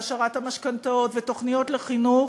והשארת המשכנתאות ותוכניות לחינוך.